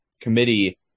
committee